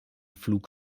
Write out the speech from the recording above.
flug